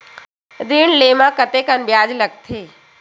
ऋण ले म कतेकन ब्याज लगथे?